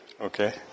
Okay